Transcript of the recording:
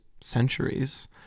centuries